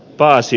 pääsy